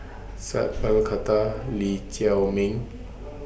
Sat Pal Khattar Lee Chiaw Ming